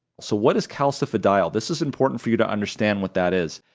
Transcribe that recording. so what is calcifidiol? this is important for you to understand what that is.